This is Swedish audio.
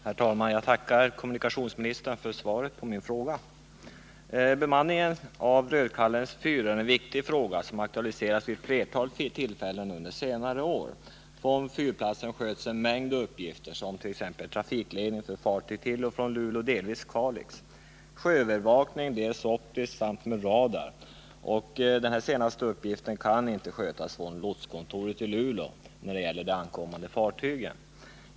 Herr talman! Jag tackar kommunikationsministern för svaret på min fråga. Bemanningen av Rödkallens fyr är en viktig fråga som under senare år har aktualiserats vid flera tillfällen. Från fyrplatsen sköts en mängd uppgifter som trafikledning för fartyg till och från Luleå och delvis Kalix samt sjöövervakning, dels optisk, dels med radar. Den sistnämnda uppgiften kan inte skötas från lotskontoret i Luleå när det gäller de ankommande fartygen.